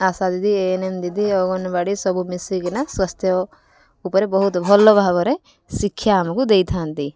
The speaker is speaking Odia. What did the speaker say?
ଆଶା ଦିଦି ଏ ଏନ୍ ଏମ୍ ଦିଦି ଅଙ୍ଗନୱାଡ଼ି ସବୁ ମିଶିକିନା ସ୍ୱାସ୍ଥ୍ୟ ଉପରେ ବହୁତ ଭଲ ଭାବରେ ଶିକ୍ଷା ଆମକୁ ଦେଇଥାନ୍ତି